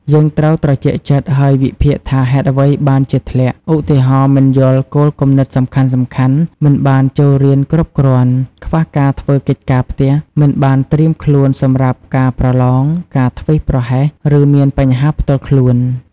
យើងត្រូវត្រជាក់ចិត្ត ហើយវិភាគថាហេតុអ្វីបានជាធ្លាក់ ឧទាហរណ៍ មិនយល់គោលគំនិតសំខាន់ៗ មិនបានចូលរៀនគ្រប់គ្រាន់ ខ្វះការធ្វើកិច្ចការផ្ទះ មិនបានត្រៀមខ្លួនសម្រាប់ការប្រឡង ការធ្វេសប្រហែស ឬមានបញ្ហាផ្ទាល់ខ្លួន។